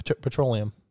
petroleum